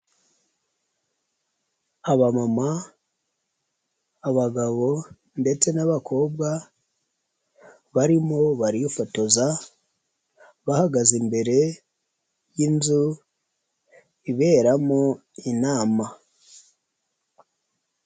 Abamama, abagabo ndetse n'abakobwa, barimo barifotoza, bahagaze imbere y'inzu iberamo inama.